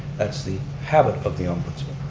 that's the habit of the ombudsman.